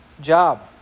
job